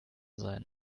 sein